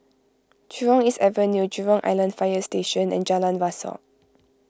Jurong East Avenue Jurong Island Fire Station and Jalan Rasok